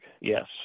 yes